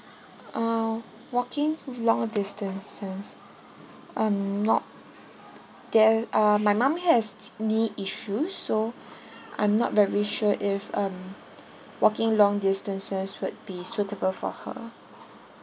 um walking long distances um not the uh my mum has knee issue so I'm not very sure if um walking long distances would be suitable for her